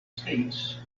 states